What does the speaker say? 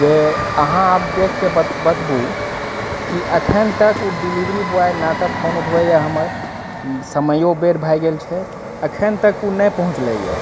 जे अहाँ आब देखिके बतबू कि एखन तक ओ डिलीवरी बॉय ना तऽ फोन उठबैए हमर समयो बेर भए गेल छै अखनि तक ओ नहि पहुँचलैए